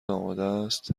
آمادست